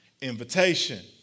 invitation